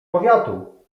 powiatu